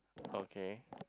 okay